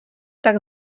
tak